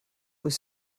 was